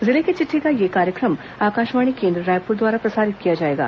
जिले की चिट्ठी का यह कार्यक्रम आकाशवाणी केंद्र रायपुर द्वारा प्रसारित किया जाएगा